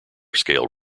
scale